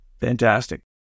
Fantastic